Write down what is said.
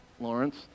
Lawrence